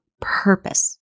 purpose